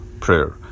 prayer